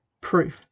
Proof